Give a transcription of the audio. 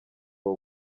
ngo